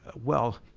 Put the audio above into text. well,